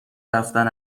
رفتن